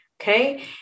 okay